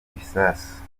bisasu